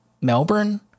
Melbourne